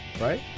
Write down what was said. Right